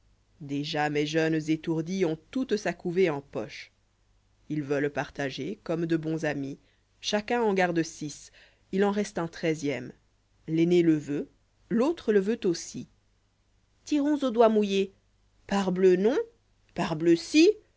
déjà mes jeunes étourdis ont toute sa couvée en poche ils veulent partager comme de bons amis chacun en garde six il en reste un treizième l'aîné le veut l'autre le'veut aussi tirons au doigt mouillé parbleu non